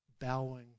bowing